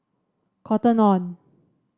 Cotton On